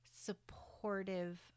supportive